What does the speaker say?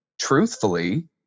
truthfully